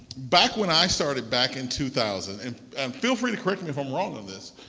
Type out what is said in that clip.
back when i started back in two thousand and and feel free to correct me if i'm wrong on this.